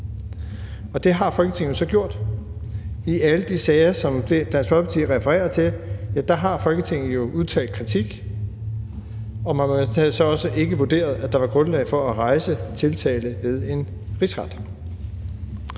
Og det har Folketinget så gjort. I alle de sager, som Dansk Folkeparti refererer til, har Folketinget jo udtalt kritik, og man har jo så ikke vurderet, at der var grundlag for at rejse tiltale ved en rigsret.